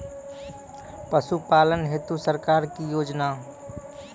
पशुपालन हेतु सरकार की योजना?